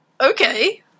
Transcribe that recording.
Okay